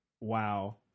Wow